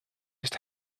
just